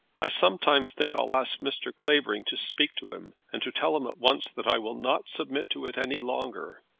i sometimes think i'll ask mr. clavering to speak to him, and to tell him once that i will not submit to it any longer.